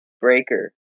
Breaker